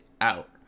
out